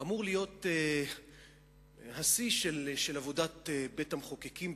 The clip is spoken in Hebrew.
אמור להיות השיא של עבודת בית-המחוקקים,